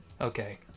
Okay